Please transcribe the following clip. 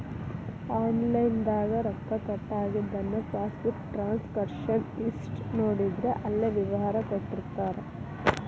online ದಾಗ ರೊಕ್ಕ cut ಆಗಿದನ್ನ ಪಾಸ್ಬುಕ್ ಟ್ರಾನ್ಸಕಶನ್ ಹಿಸ್ಟಿ ನೋಡಿದ್ರ ಅಲ್ಲೆ ವಿವರ ಕೊಟ್ಟಿರ್ತಾರ